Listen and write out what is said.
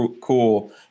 cool –